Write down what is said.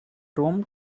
rome